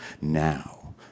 Now